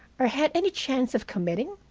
or had any chance of committing?